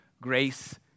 grace